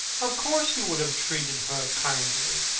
of course, you would have treated her kindly.